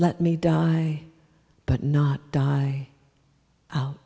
let me die but not die